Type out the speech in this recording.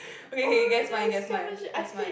okay okay guess mine guess mine guess mine